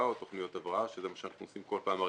או תוכניות הבראה שזה מה שאנחנו עושים כל פעם.